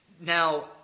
Now